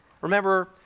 Remember